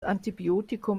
antibiotikum